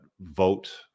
vote